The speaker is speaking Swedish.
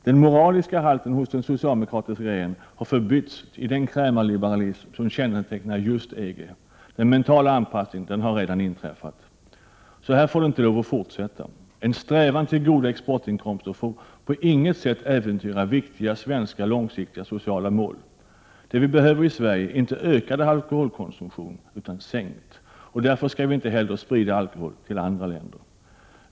Den moraliska halten hos den sociåldemokratiska regeringen har förbytts i den krämarliberalism som kännetecknar just EG. Den mentala anpassningen har redan inträffat. Så här får det inte fortsätta. En strävan till goda exportinkomster får på inget sätt äventyra viktiga svenska långsiktiga sociala mål. Det vi behöver i Sverige är inte ökad utan sänkt alkoholkonsumtion.